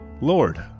Lord